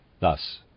Thus